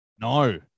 No